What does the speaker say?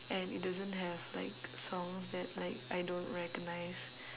and it doesn't have like songs that like I don't recognise